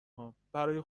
هام، برای